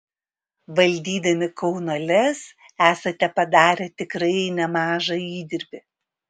valdydami kauno lez esate padarę tikrai nemažą įdirbį